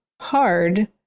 hard